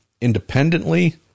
independently